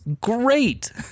great